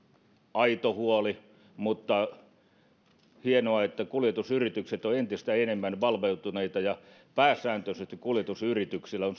aito huoli mutta on hienoa että kuljetusyritykset ovat entistä enemmän valveutuneita ja pääsääntöisesti kuljetusyrityksillä on